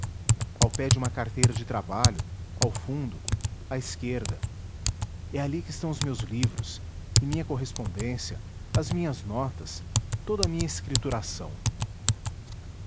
ao pé de uma carteira de trabalho ao fundo à esquerda é ali que estão os meus livros e minha correspondência as minhas notas toda a minha escrituração